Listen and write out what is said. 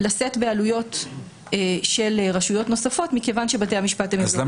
לשאת בעלויות של רשויות נוספות מכיוון שבתי המשפט הם אזוריים.